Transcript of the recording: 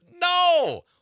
No